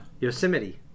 Yosemite